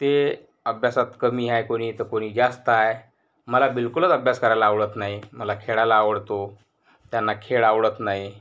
ते अभ्यासात कमी आहे कोणी तर कोणी जास्त आहे मला बिलकुलच अभ्यास करायला आवडत नाही मला खेळायला आवडतो त्यांना खेळ आवडत नाही